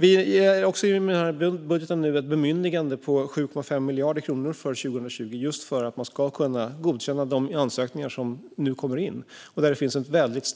Vi ger också i budgeten ett bemyndigande på 7,5 miljarder kronor för 2020, just för att man ska kunna godkänna de ansökningar som nu kommer in. Det finns en väldigt